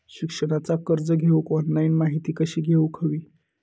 शिक्षणाचा कर्ज घेऊक ऑनलाइन माहिती कशी घेऊक हवी?